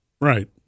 Right